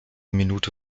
minute